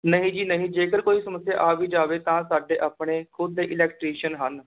ਨਹੀਂ ਜੀ ਨਹੀਂ ਜੇਕਰ ਕੋਈ ਸਮੱਸਿਆ ਆ ਵੀ ਜਾਵੇ ਤਾਂ ਸਾਡੇ ਆਪਣੇ ਖੁਦ ਦੇ ਇਲੈਕਟ੍ਰੀਸ਼ਨ ਹਨ